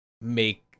make